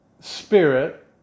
spirit